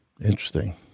Interesting